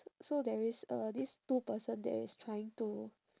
so there is uh these two person there is trying to